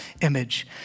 image